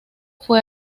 fue